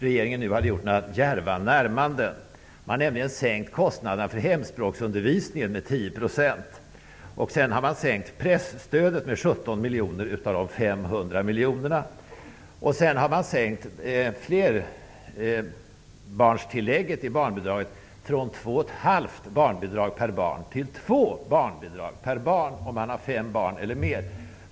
Regeringen sades ha gjort några djärva närmanden: Man har nämligen sänkt kostnaderna för hemspråksundervisningen med 10 %, man har sänkt presstödet med 17 miljoner av totalt 500 miljoner och man har sänkt flerbarnstillägget i barnbidraget från 2,5 barnbidrag till 2 barnbidrag per barn om man har fem barn eller mer.